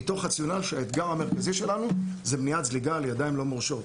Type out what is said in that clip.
מתוך רציונל שהאתגר המרכזי שלנו הוא מניעת זליגה לידיים לא מורשות.